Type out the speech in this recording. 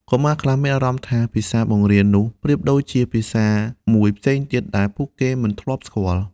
កុមារខ្លះមានអារម្មណ៍ថាភាសាបង្រៀននោះប្រៀបដូចជាភាសាមួយផ្សេងទៀតដែលពួកគេមិនធ្លាប់ស្គាល់។